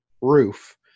roof